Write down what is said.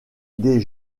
des